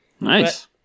Nice